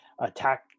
attack